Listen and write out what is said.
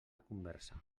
conversa